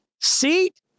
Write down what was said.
seat